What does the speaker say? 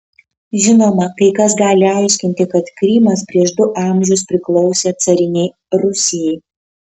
žinoma kai kas gali aiškinti kad krymas prieš du amžius priklausė carinei rusijai